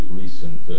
recent